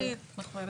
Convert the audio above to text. אין בעיה.